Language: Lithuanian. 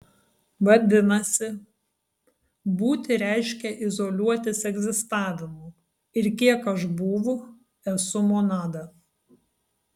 vadinasi būti reiškia izoliuotis egzistavimu ir kiek aš būvu esu monada